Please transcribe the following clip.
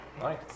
Nice